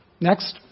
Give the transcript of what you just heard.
Next